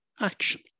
action